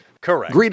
Correct